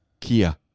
Kia